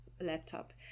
laptop